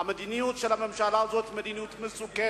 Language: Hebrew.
המדיניות של הממשלה הזאת היא מדיניות מסוכנת,